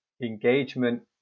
engagement